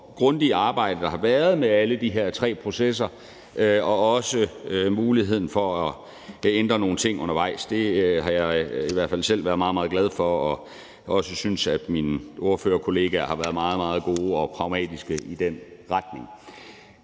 grundige arbejde, der har været med alle de her tre processer og også muligheden for at ændre nogle ting undervejs. Det har jeg i hvert fald selv været meget, meget glad for, og jeg synes også, at mine ordførerkollegaer har været meget, meget gode og pragmatiske i den retning.